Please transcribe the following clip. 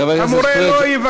חבר הכנסת פריג' המורה לא יבקש.